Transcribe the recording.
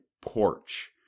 porch